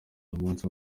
umunsi